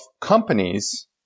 companies